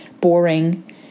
boring